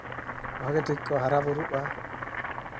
ᱵᱷᱟᱜᱮ ᱴᱷᱤᱠ ᱠᱚ ᱦᱟᱨᱟᱼᱵᱩᱨᱩᱜᱼᱟ